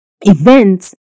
events